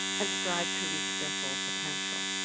and strive to reach their full potential.